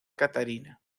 catarina